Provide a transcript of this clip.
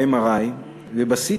ב-MRI וב-CT,